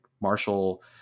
Marshall